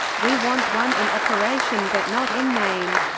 we want one in operation but not in name.